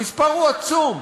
המספר הוא עצום.